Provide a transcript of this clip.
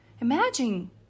Imagine